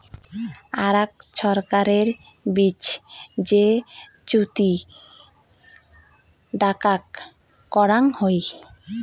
আরাক ছরকারের বিচ যে চুক্তি ডাকাক করং হই